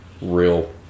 real